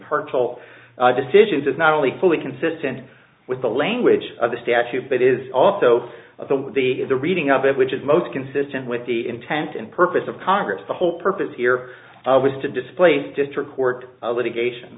all decisions is not only fully consistent with the language of the statute but is also the the reading of it which is most consistent with the intent and purpose of congress the whole purpose here was to displace district court of litigation